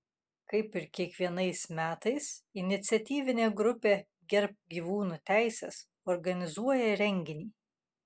kaip ir kiekvienais metais iniciatyvinė grupė gerbk gyvūnų teises organizuoja renginį